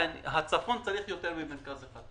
הצפון צריך יותר ממרכז אחד,